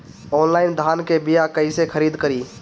Online धान के बीया कइसे खरीद करी?